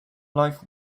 life